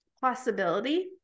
possibility